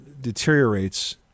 deteriorates